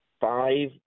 five